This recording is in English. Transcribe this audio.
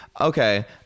Okay